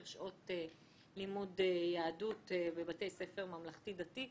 שעות לימוד יהדות בבתי ספר ממלכתי-דתי.